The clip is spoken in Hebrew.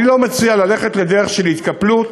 אני לא מציע ללכת לדרך של התקפלות